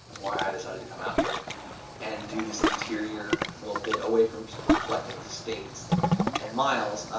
why i decided to come out here and do this interior little bit away from collecting states and miles.